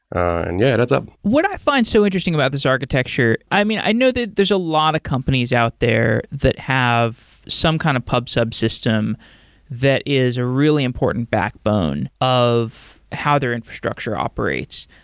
and yeah, that's up what i find so interesting about this architecture, i mean, i know that there's a lot of companies out there that have some kind of pub sub system that is a really important backbone of how their infrastructure operates.